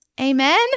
Amen